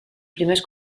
primers